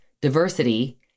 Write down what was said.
Diversity